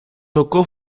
tocó